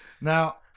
Now